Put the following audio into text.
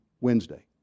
Wednesday